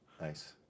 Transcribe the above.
Nice